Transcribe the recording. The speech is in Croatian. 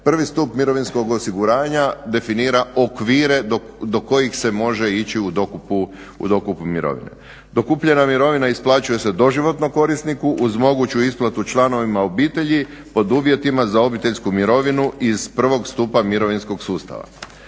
prvi stup mirovinskog osiguranja definira okvire do kojih se može ići u dokupu mirovine. Dokupljena mirovina isplaćuje se doživotno korisniku uz moguću isplatu članovima obitelji pod uvjetima za obiteljsku mirovinu iz prvog stupa mirovinskog sustava.